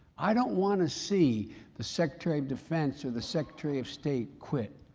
i don't want to see the secretary of defense or the secretary of state quit.